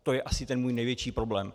To je asi ten můj největší problém.